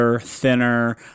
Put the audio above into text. thinner